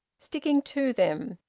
sticking to them,